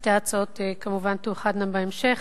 שתי ההצעות כמובן תאוחדנה בהמשך.